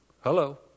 Hello